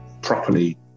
properly